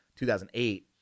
2008